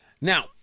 Now